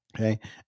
okay